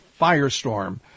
firestorm